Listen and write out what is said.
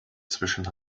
zwischen